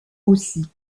aussi